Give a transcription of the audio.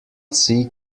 see